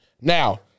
Now